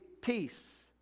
peace